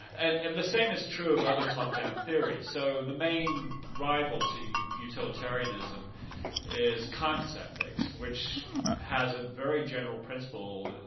and and the same is true of other top-down theories. so the main rival to utilitarianism is kant's ethics, which has a very general principle,